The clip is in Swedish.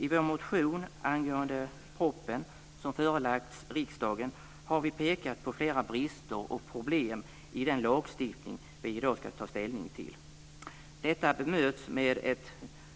I vår motion angående propositionen som förelagts riksdagen har vi pekat på flera brister och problem i den lagstiftning som vi i dag ska ta ställning till. Detta bemöts med ett